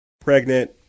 pregnant